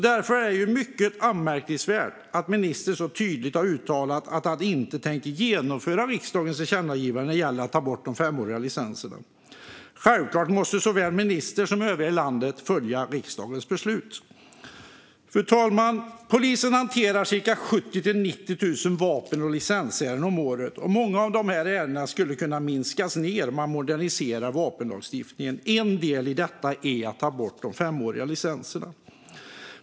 Därför är det mycket anmärkningsvärt att ministern så tydligt har uttalat att han inte tänker genomföra riksdagens tillkännagivande när det gäller att ta bort de femåriga licenserna. Självklart måste såväl ministern som övriga i landet följa riksdagens beslut. Fru talman! Polisen hanterar cirka 70 000-90 000 vapen och licensärenden om året. Antalet ärenden skulle kunna minskas om man moderniserade vapenlagstiftningen. En del i detta är att ta bort de femåriga licenserna.